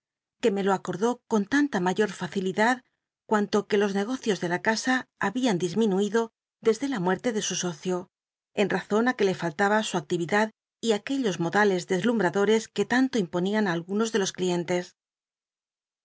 que me lo acor'dó con tanta mayor facilidad cuanto los negocios de la casa habían disminuido desde la muet'le de su socio en razon que le faltaba su actividad y aquellos modales deslumbradores que tanto imponian ti algunos de los clientes